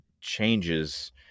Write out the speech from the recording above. changes